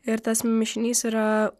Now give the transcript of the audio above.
ir tas mišinys yra